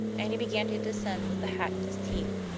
and he began to descend with the hat in his teeth.